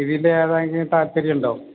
ഇതിലെ ഏതെങ്കിലും താല്പര്യമുണ്ടോ